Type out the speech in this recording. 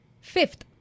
Fifth